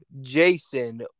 Jason